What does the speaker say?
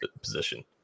position